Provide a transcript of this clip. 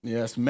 Yes